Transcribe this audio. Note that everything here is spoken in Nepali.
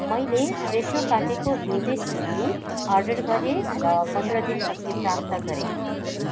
मैले फ्रेसो काटेको हिउँदे सिमी अर्डर गरेँ र पन्ध्र दिनपछि प्राप्त गरेँ